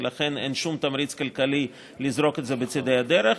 ולכן אין שום תמריץ כלכלי לזרוק את זה בצידי הדרך.